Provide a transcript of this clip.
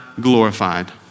glorified